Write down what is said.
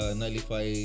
nullify